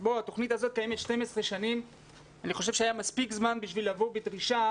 התוכנית הזו קיימת 12 שנים ואני חושב שהיה מספיק זמן כדי לבוא בדרישה